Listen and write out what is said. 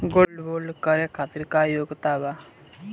Gold bond करे खातिर का योग्यता बा?